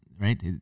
Right